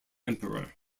emperor